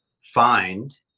find